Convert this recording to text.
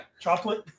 Chocolate